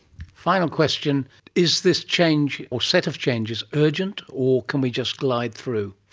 final question is this change or set of changes urgent or can we just glide through?